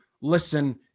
listen